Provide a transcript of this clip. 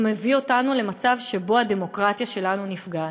ומביא אותנו למצב שבו הדמוקרטיה שלנו נפגעת.